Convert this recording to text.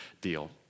deal